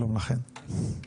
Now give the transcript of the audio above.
שלום לכם.